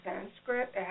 Sanskrit